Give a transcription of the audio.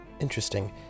Interesting